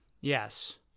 Yes